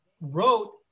wrote